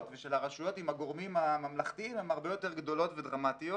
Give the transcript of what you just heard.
ושל הרשויות עם הגורמים הממלכתיים הן הרבה יותר גדולות ודרמטיות.